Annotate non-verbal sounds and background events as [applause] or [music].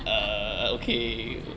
[laughs]